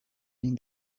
been